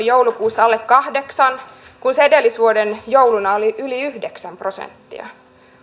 joulukuussa alle kahdeksan kun se edellisvuoden jouluna oli yli yhdeksän prosenttia